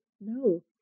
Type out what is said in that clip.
No